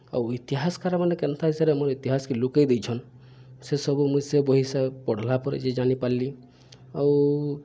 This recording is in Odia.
ଆଉ ଇତିହାସ୍କାର୍ମାନେ କେନ୍ତା ହିସାବ୍ରେ ଆମର୍ ଇତିହାସ୍କେ ଲୁକେଇ ଦେଇଛନ୍ ସେସବୁ ମୁଇଁ ସେ ବହି ପଢ଼୍ଲା ପରେ ଯେ ଜାନିପାର୍ଲି ଆଉ